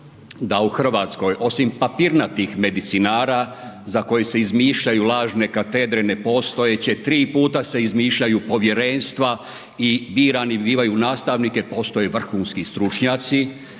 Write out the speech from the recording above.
da u Hrvatskoj osim papirnatih medicinara za koje se izmišljaju lažne katedre ne postojeće, tri puta se izmišljaju povjerenstva i birani bivaju nastavnike postoje vrhunski stručnjaci